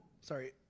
sorry